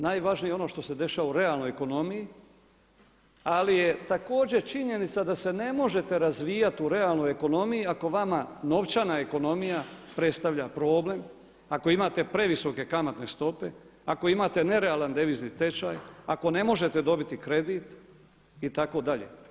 Najvažnije je ono što se dešava u realnoj ekonomiji ali je također činjenica da se ne možete razvijati u realnoj ekonomiji ako vama novčana ekonomija predstavlja problem, ako imate previsoke kamatne stope, ako imate nerealan devizni tečaj, ako ne možete dobiti kredit itd.